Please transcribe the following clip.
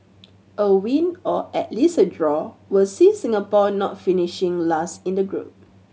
a win or at least a draw will see Singapore not finishing last in the group